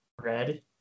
Red